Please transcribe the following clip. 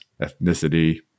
ethnicity